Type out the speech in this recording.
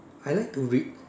I like to read